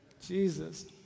Jesus